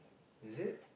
is it